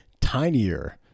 tinier